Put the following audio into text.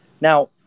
Now